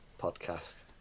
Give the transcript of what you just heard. podcast